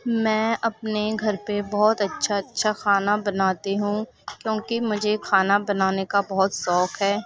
میں اپنے گھر پہ بہت اچھا اچھا کھانا بناتی ہوں کیوں کہ مجھے کھانا بنانے کا بہت شوق ہے